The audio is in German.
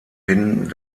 hin